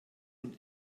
und